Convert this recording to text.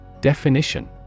Definition